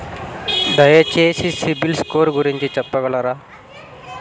దయచేసి CIBIL score గురించి చెప్పగలరా?